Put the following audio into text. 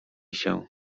się